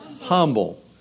Humble